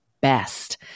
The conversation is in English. best